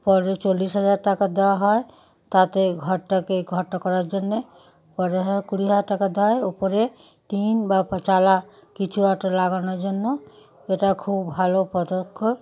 পরে চল্লিশ হাজার টাকা দেওয়া হয় তাতে ঘরটাকে ঘরটা করার জন্যে পরে হার কুড়ি হাজার টাকা দেওয়া হয় উপরে টিন বা চালা কিছু একটা লাগানোর জন্য এটা খুব ভালো পদক্ষেপ